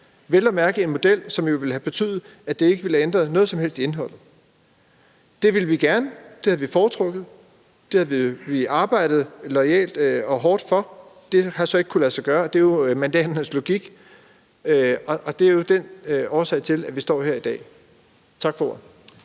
have været en model, som ville have betydet, at det ikke ville have ændret noget som helst i indholdet. Det ville vi gerne, det havde vi foretrukket, og det havde vi arbejdet loyalt og hårdt for, men det har så ikke kunnet lade sig gøre, og det er så mandaternes logik, og det er det, der er årsagen til, at vi står her i dag. Tak for